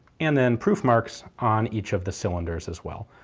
and then proof marks on each of the cylinders as well.